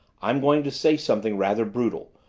i'm going to say something rather brutal.